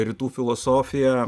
rytų filosofiją